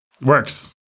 Works